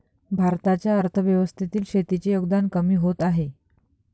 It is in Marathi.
भारताच्या अर्थव्यवस्थेतील शेतीचे योगदान कमी होत आहे